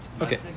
Okay